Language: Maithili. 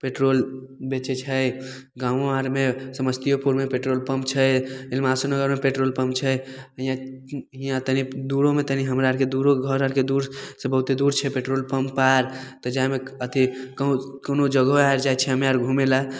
पेट्रोल बेचैत छै गाँवो आरमे समसतीयोपुरमे पेट्रोल पम्प छै इलमासो नगरमे पेट्रोल पम्प छै हीयाँ की हीयाँ तनी दूरोमे तनी हमरा आरके दूरो घरआरके दूर से बहुतेक दूर छै पेट्रोल पम्प आर तऽ जाइमे अथी कहुँ कोनो कोनो जगहो आबि जाइ छियै हमे आर घूमेला